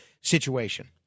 situation